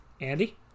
Andy